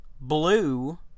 blue